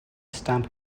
stamp